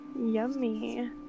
Yummy